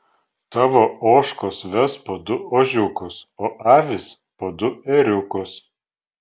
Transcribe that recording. tavo ožkos ves po du ožiukus o avys po du ėriukus